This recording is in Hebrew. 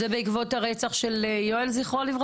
זה בעקבות הרצח של יואל ז"ל?